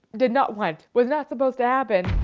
did not want, was not supposed to happen.